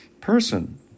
person